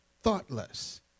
thoughtless